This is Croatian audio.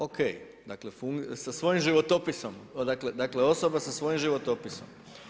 OK, dakle sa svojim životopisom, dakle osoba sa svojim životopisom.